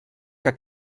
que